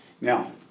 Now